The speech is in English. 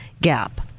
gap